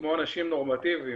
כמו אנשים נורמטיביים.